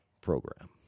program